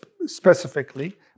specifically